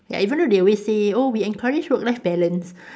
ya even though they always say oh we encourage work life balance